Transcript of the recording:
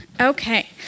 okay